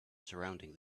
surrounding